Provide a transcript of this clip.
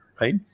right